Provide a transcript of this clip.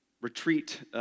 retreat